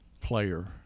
player